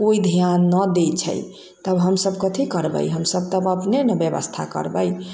कोइ ध्यान न दै छै तब हमसब कथी करबै हमसब तब अपने न व्यवस्था करबै